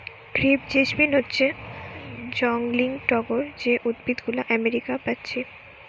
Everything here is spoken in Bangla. ক্রেপ জেসমিন হচ্ছে জংলি টগর যে উদ্ভিদ গুলো আমেরিকা পাচ্ছি